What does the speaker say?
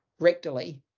rectally